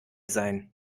sein